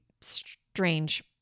strange